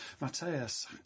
Matthias